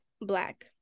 black